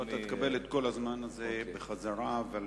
אתה תקבל את כל הזמן הזה בחזרה, אבל